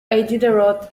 iditarod